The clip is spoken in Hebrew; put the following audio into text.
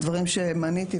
הדברים שמניתי,